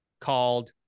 called